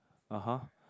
(uh huh)